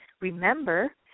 Remember